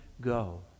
go